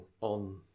on